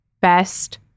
best